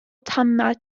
tamaid